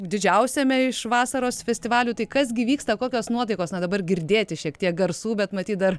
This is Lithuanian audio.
didžiausiame iš vasaros festivalių tai kas gi vyksta kokios nuotaikos na dabar girdėti šiek tiek garsų bet matyt dar